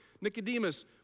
Nicodemus